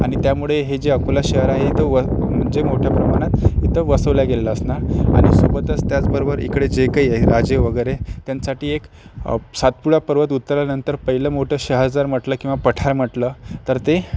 आणि त्यामुळे हे जे अकोला शहर आहे तो व म्हणजे मोठ्या प्रमाणात इथं वसवल्या गेलेलं असणार आणि सोबतच त्याचबरोबर इकडे जे काही आहे राजे वगैरे त्यांच्यासाठी एक सातपुडा पर्वत उत्तरानंतर पहिलं मोठं शहर जर म्हटलं किंवा पठार म्हटलं तर ते